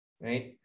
right